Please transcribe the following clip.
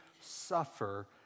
suffer